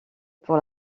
pour